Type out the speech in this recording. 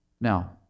Now